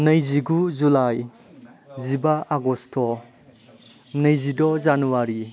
नैजिगु जुलाइ जिबा आगस्ट' नैजिद' जानुवारि